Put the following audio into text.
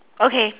okay